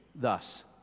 thus